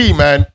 man